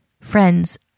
Friends